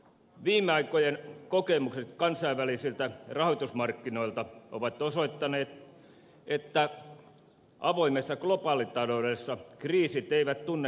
viime aikojen kokemukset kansainvälisiltä rahoitusmarkkinoilta ovat osoittaneet että avoimessa globaalitaloudessa kriisit eivät tunne kansallisvaltioiden rajoja